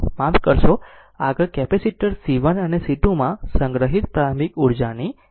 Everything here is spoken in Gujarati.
માફ કરશો આગળ કેપેસિટર્સ c 1 અને c 2 માં સંગ્રહિત પ્રારંભિક ઉર્જાની ગણતરી કરો